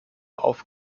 auf